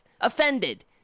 offended